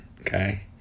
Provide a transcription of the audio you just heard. okay